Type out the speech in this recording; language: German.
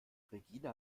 regina